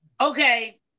Okay